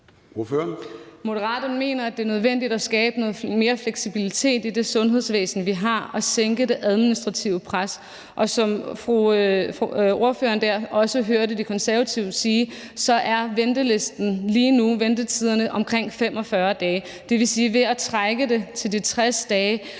Moderaterne mener, det er nødvendigt at skabe noget mere fleksibilitet i det sundhedsvæsen, vi har, og sænke det administrative pres. Som ordføreren også hørte De Konservative sige, er ventetiderne lige nu på omkring 45 dage. Det vil sige, at ved at strække det til 60 dage